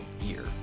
year